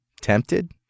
Tempted